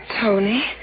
Tony